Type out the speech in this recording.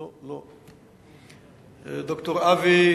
ד"ר אבי